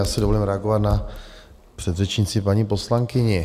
Já si dovolím reagovat na předřečnici, paní poslankyni.